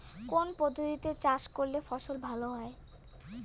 কোন পদ্ধতিতে চাষ করলে ফসল ভালো হয়?